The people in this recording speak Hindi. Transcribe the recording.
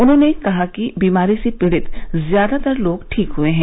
उन्होंने कहा कि बीमारी से पीड़ित ज्यादातर लोग ठीक हुए हैं